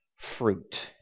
fruit